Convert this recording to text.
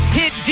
hit